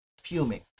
fuming